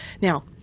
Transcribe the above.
now